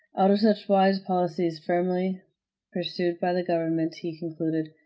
out of such wise policies firmly pursued by the government, he concluded,